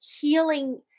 healing